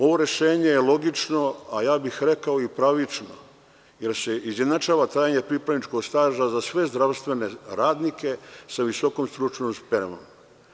Ovo rešenje je logično, a rekao bih i pravično jer se izjednačava trajanje pripravničnog staža za sve zdravstvene radnike sa visokom stručnom spremom.